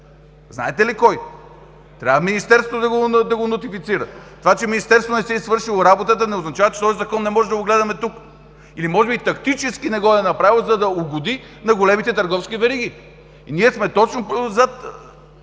Знаете ли кой? Трябва Министерството да го нотифицира. Това че Министерството не си е свършило работата не означава, че не може да гледаме този Закон тук. Или може би тактически не го е направило, за да угоди на големите търговски вериги. Ние сме точно против